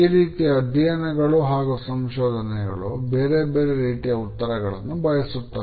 ಈ ರೀತಿ ಅಧ್ಯಯನಗಳು ಹಾಗು ಸಂಶೋಧನೆಗಳು ಬೇರೆ ಬೇರೆ ರೀತಿಯ ಉತ್ತರಗಳನ್ನು ಬಯಸುತ್ತವೆ